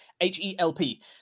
H-E-L-P